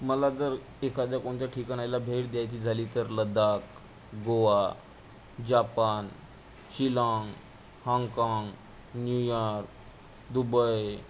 मला जर एखाद्या कोणत्या ठिकाणाला भेट द्यायची झाली तर लद्दाक गोवा जापान शिलाँग हाँगकाँग न्यूयॉर्क दुबय